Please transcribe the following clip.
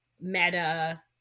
meta